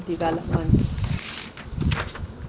development